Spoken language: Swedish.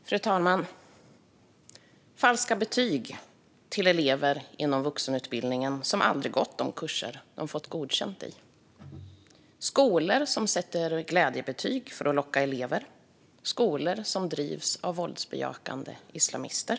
Fru talman! Vi ser falska betyg till elever inom vuxenutbildningen som aldrig gått de kurser de fått godkänt i, skolor som sätter glädjebetyg för att locka elever och skolor som drivs av våldsbejakande islamister.